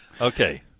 Okay